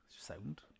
Sound